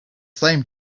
same